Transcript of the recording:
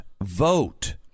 vote